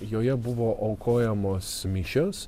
joje buvo aukojamos mišios